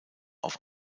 auf